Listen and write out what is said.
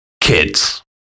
kids